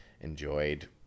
enjoyed